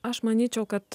aš manyčiau kad